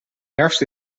herfst